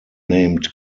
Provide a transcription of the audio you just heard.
named